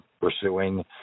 pursuing